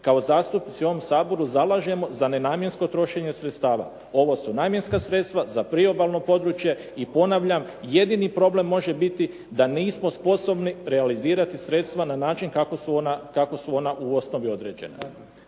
kao zastupnici u ovom Saboru zalažemo za nenamjensko trošenje sredstava ovo su namjenska sredstva za priobalno područje i ponavljam jedini problem može biti da nismo sposobni realizirati sredstva na način kako su ona u osnovi određena.